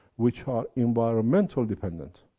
which are environmental dependent,